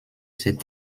cette